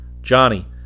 Johnny